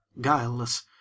guileless